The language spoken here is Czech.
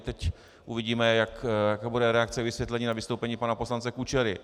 Teď uvidíme, jaká bude reakce k vysvětlení a vystoupení pana poslance Kučery.